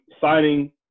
signing